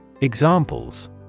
Examples